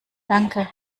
danke